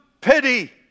pity